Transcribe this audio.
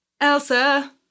Elsa